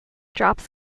drops